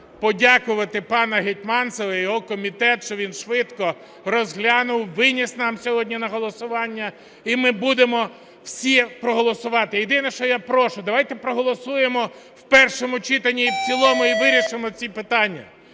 подякувати пану Гетманцеву і його комітету, що він швидко розглянув, виніс нам сьогодні на голосування, і ми будемо всі проголосувати. Єдине, що я прошу, давайте проголосуємо в першому читанні і в цілому і вирішимо ці питання,